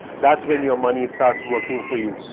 that's when your money starts working for you.